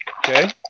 Okay